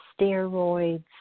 steroids